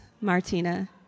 Martina